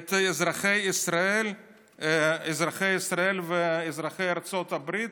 את אזרחי ישראל ואזרחי ארצות הברית,